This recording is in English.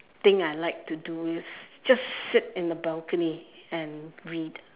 thing I like to do with just sit in the balcony and read